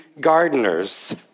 gardeners